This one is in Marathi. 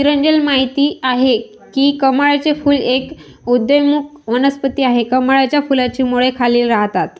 नीरजल माहित आहे की कमळाचे फूल एक उदयोन्मुख वनस्पती आहे, कमळाच्या फुलाची मुळे खाली राहतात